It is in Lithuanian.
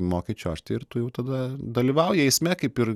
moki čiuožti ir tu jau tada dalyvauja eisme kaip ir